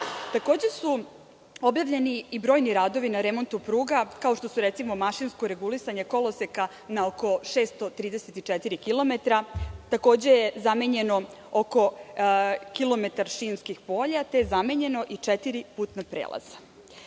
Takođe su objavljeni i brojni radovi na remontu pruga, kao što su recimo mašinsko regulisanje koloseka na oko 634 kilometra, takođe je zamenjeno oko kilometar šinskih polja, te je zamenjeno i četiri putna prelaza. Kao